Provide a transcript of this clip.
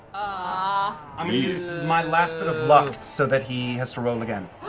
ah i'm gonna use my last bit of luck so that he has to roll again.